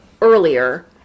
earlier